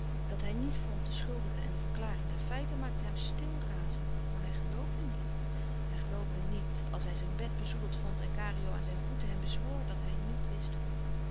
dat hij niet vond de schuldigen en de verklaring der feiten maakte hem stil razend maar hij geloofde niet hij geloofde niet als hij zijn bed bezoedeld vond en kario aan zijn voeten hem bezwoer dat hij niet wist hoe